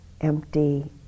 empty